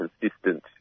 consistent